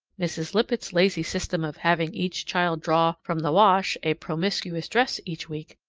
mrs. lippett's lazy system of having each child draw from the wash a promiscuous dress each week,